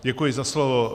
Děkuji za slovo.